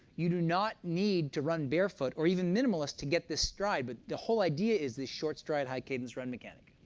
you do not need to run barefoot or even minimalist to get this stride, but the whole idea is the short stride, high cadence run mechanic.